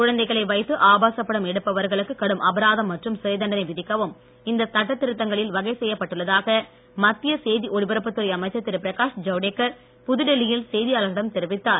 குழந்தைகளை வைத்து ஆபாச படம் எடுப்பவர்களுக்கு கடும் அபராதம் மற்றும் சிறை தண்டனை விதிக்கவும் இந்த சட்டத் திருத்தங்களில் வகை செய்யப்பட்டுள்ளதாக மத்திய செய்தி ஒலிபரப்புத் துறை அமைச்சர் திரு பிரகாஷ் ஜவடேகர் புதுடெல்லியில் செய்தியாளரிடம் தெரிவித்தார்